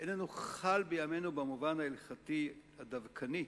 איננו חל בימינו במובן ההלכתי הדווקני,